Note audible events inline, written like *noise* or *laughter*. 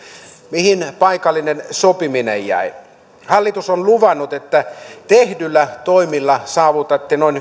mihin paikallinen sopiminen jäi hallitus on luvannut että tehdyillä toimilla saavutatte noin *unintelligible*